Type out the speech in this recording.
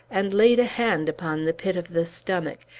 and laid a hand upon the pit of the stomach,